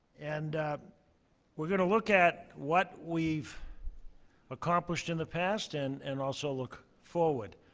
and we're going to look at what we've accomplished in the past and and also look forward.